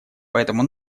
поэтому